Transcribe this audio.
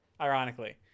ironically